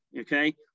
Okay